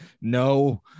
no